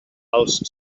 els